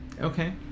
okay